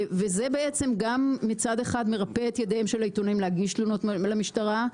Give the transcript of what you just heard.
זה בעצם גם מצד מרפה את ידיהם של העיתונאים להגיש תלונות למשטרה,